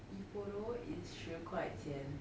Ippudo is 十块钱